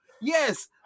yes